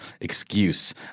excuse